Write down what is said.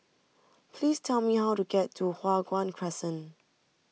please tell me how to get to Hua Guan Crescent